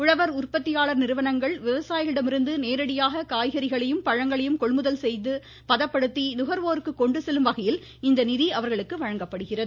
உழவர் உற்பத்தியாளர் நிறுவனங்கள் விவசாயிகளிடமிருந்து நேரடியாக காய்கறிகளையும் பழங்களையும் கொள்முதல் செய்து பதப்படுத்தி நுகர்வோருக்கு கொண்டு செல்லும் வகையில் இந்த நிதி அவர்களுக்கு வழங்கப்படுகிறது